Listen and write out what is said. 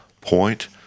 point